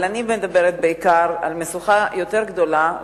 אבל אני מדברת בעיקר על משוכה יותר גדולה,